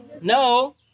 No